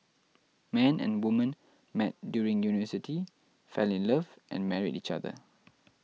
man and woman met during university fell in love and married each other